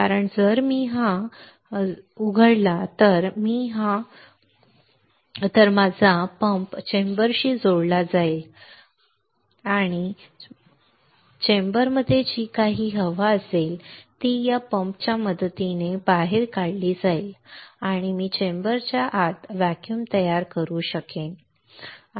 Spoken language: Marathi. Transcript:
कारण जर मी हा व्हॉल्व्ह उघडला तर मी हा व्हॉल्व्ह उघडला तर माझा पंप चेंबरशी जोडला जाईल माझा पंप चेंबरशी जोडला जाईल आणि म्हणजे चेंबरमध्ये जी काही हवा असेल ती या पंपाच्या मदतीने बाहेर काढली जाईल आणि मी चेंबरच्या आत व्हॅक्यूम तयार करू शकेन बरोबर